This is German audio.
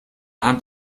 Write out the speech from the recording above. hand